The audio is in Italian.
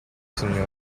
signora